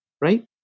right